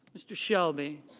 mr. shelby,